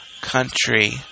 country